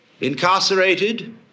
incarcerated